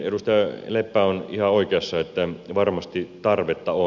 edustaja leppä on ihan oikeassa että varmasti tarvetta on